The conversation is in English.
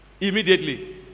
Immediately